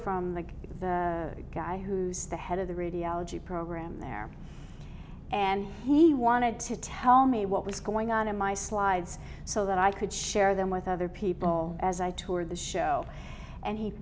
from the guy who's the head of the radiology program there and he wanted to tell me what was going on in my slides so that i could share them with other people as i toured the show and he